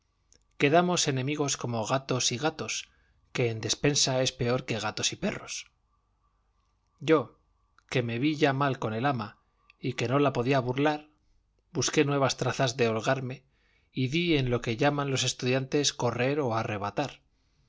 quedamos enemigos como gatos y gatos que en despensa es peor que gatos y perros yo que me vi ya mal con el ama y que no la podía burlar busqué nuevas trazas de holgarme y di en lo que llaman los estudiantes correr o arrebatar